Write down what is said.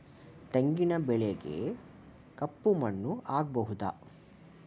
ತೆಂಗಿನ ಬೆಳೆಗೆ ಕಪ್ಪು ಮಣ್ಣು ಆಗ್ಬಹುದಾ?